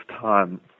time